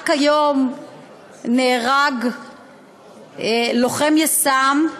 רק היום נהרג לוחם יס"מ,